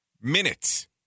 minutes